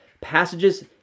passages